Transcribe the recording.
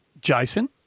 Jason